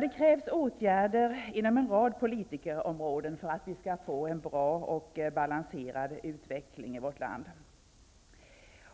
Det krävs åtgärder inom en rad politikerområden för att vi skall få en bra och balanserad utveckling i vårt land.